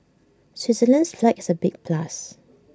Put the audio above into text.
Switzerland's flag is A big plus